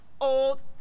old